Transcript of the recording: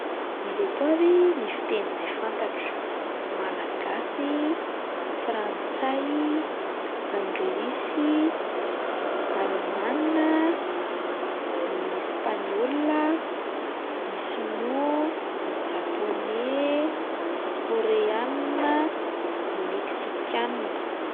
Ireto avy ny fiteny zay fantatro: malagasy, frantsay, anglisy, alemana, ny espaniôla, ny sinoa, ny japôney, ny kôreana, ny mexikana.